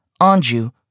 Anju